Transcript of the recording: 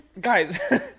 guys